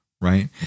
right